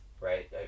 right